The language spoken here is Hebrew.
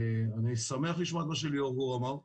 אני שמח לשמוע את מה שליאור גור אמר,